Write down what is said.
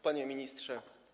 Panie Ministrze!